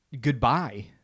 goodbye